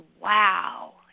wow